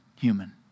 human